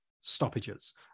stoppages